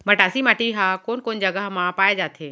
मटासी माटी हा कोन कोन जगह मा पाये जाथे?